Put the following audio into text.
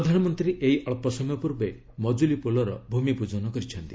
ପ୍ରଧାନମନ୍ତ୍ରୀ ଏଇ ଅଳ୍ପସମୟ ପୂର୍ବେ ମଜୁଲୀ ପୋଲର ଭୂମିପ୍ଟଜନ କରିଛନ୍ତି